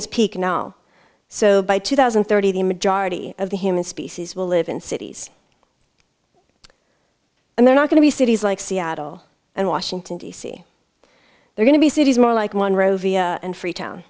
its peak now so by two thousand and thirty the majority of the human species will live in cities and they're not going to be cities like seattle and washington d c they're going to be cities more like one row via and freetown